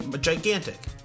gigantic